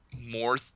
more